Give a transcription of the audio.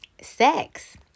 Sex